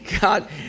God